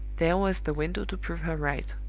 there was the window to prove her right.